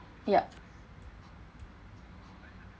ya